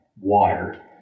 water